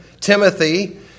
Timothy